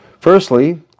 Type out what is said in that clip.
firstly